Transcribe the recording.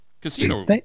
Casino